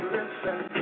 Listen